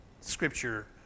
scripture